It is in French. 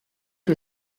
que